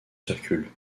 circulent